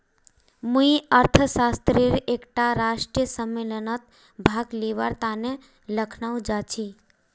मुई अर्थशास्त्रेर एकटा राष्ट्रीय सम्मेलनत भाग लिबार तने लखनऊ जाछी